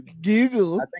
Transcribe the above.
Google